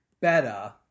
better